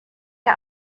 der